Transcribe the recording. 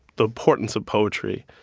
the importance of poetry,